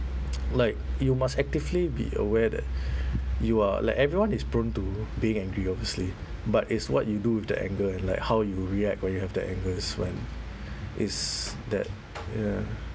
like you must actively be aware that you are like everyone is prone to being angry obviously but it's what you do with the anger and like how you react when you have the anger s~ when is that